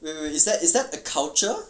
没有没有没有 is that is that the culture